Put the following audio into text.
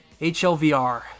HLVR